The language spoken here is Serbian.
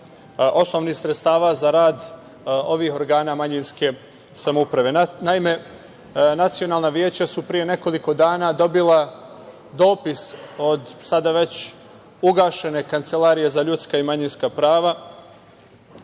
osnovnih sredstava za rad ovih organa manjinske samouprave. Naime, nacionalna veća su pre nekoliko dana dobila dopis od sada već ugašene Kancelarije za ljudska i manjinska prava,